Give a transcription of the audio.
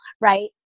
right